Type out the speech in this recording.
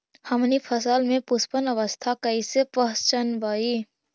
हमनी फसल में पुष्पन अवस्था कईसे पहचनबई?